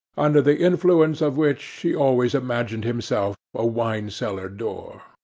under the influence of which he always imagined himself a wine-cellar door.